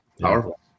powerful